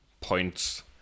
points